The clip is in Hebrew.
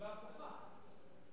מסיבה הפוכה,